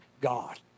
God